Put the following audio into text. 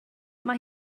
mae